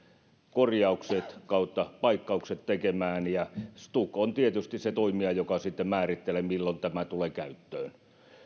korjaukset tai paikkaukset ja stuk on tietysti se toimija joka sitten määrittelee milloin tämä tulee käyttöön